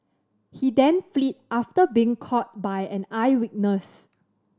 he then fled after being caught by an eyewitness